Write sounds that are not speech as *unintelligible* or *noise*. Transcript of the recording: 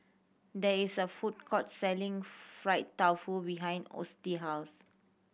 there is a food court selling fried tofu behind *unintelligible* house